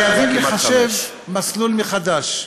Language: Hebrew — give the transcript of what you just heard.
חייבים לחשב מסלול מחדש.